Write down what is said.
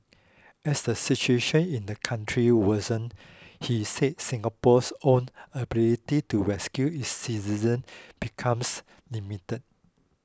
as the situation in the country worsens he said Singapore's own ability to rescue its citizens becomes limited